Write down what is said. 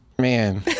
Man